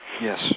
Yes